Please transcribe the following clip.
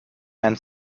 einen